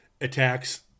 attacks